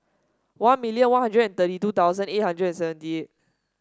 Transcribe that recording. one million One Hundred and thirty two thousand eight hundred seventy eight